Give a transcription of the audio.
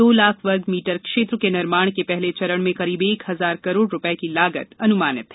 करीब दो लाख वर्ग मीटर क्षेत्र के निर्माण के पहले चरण में करीब एक हजार करोड़ रूपए की लागत अनुमानित है